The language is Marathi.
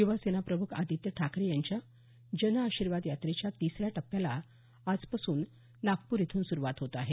युवासेनाप्रमुख आदित्य ठाकरे यांच्या जनआशीर्वाद यात्रेच्या तिसऱ्या टप्प्याला आजपासून नागपूर इथून सुरूवात होत आहे